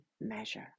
measure